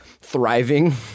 thriving